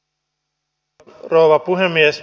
arvoisa rouva puhemies